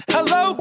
Hello